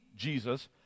Jesus